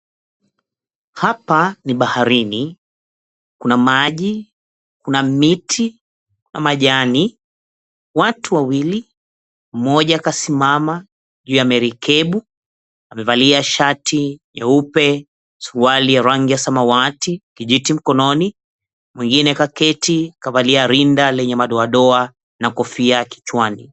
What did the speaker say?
Hapa ni baharini. Kuna maji, kuna miti nafasi majani. Watu wawili, mmoja kasimama juu ya merikebu, amevalia shati nyeupe, suruali rangi ya samawati, kijiti mkononi. Mwingine kaketi kavalia rinda lenye madoadoadoa na kofia kichwani.